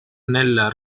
nella